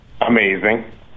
Amazing